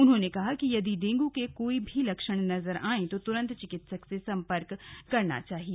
उन्होंने कहा यदि डेंगू के कोई भी लक्षण नजर आंए तो तुरन्त चिकित्सक से संपर्क करना चाहिए